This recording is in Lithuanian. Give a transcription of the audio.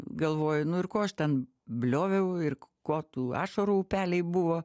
galvoju nu ir ko aš ten blioviau ir ko tų ašarų upeliai buvo